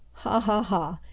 ha! ha! ha!